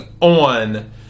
on